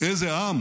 איזה עם.